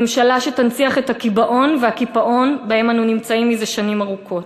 ממשלה שתנציח את הקיבעון והקיפאון שבהם אנו נמצאים מזה שנים ארוכות.